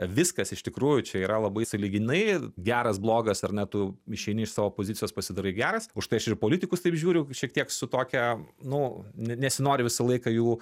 viskas iš tikrųjų čia yra labai sąlyginai geras blogas ar ne tu išeini iš savo pozicijos pasidarai geras už tai aš ir į politikus taip žiūriu šiek tiek su tokia nu nesinori visą laiką jų